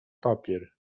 papier